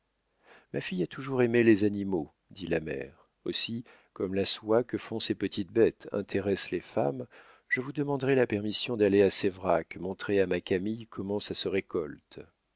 ma fille a toujours aimé les animaux dit la mère aussi comme la soie que font ces petites bêtes intéresse les femmes je vous demanderai la permission d'aller à séverac montrer à ma camille comment ça se récolte